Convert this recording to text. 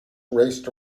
raced